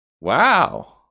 wow